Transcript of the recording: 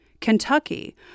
Kentucky